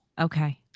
Okay